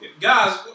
guys